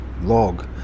log